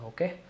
Okay